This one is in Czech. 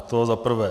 To zaprvé.